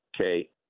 okay